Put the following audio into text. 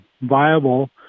viable